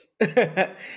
Yes